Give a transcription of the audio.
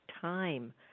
time